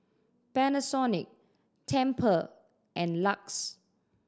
Panasonic Tempur and LUX